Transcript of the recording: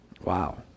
Wow